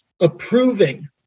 approving